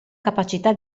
capacità